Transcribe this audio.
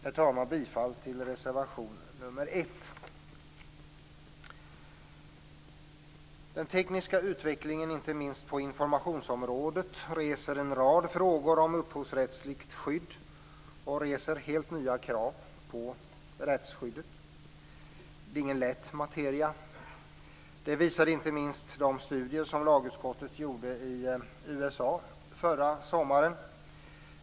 Jag yrkar bifall till reservation nr 1. Den tekniska utvecklingen inte minst på informationsområdet reser en rad frågor om upphovsrättsligt skydd och reser helt nya krav på rättsskyddet. Det är ingen lätt materia. Det visade inte minst de studier som lagutskottet gjorde i USA förra sommaren.